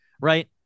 right